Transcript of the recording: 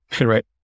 Right